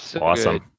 awesome